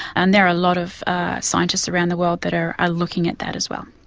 and there are a lot of scientists around the world that are are looking at that as well.